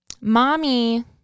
mommy